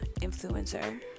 influencer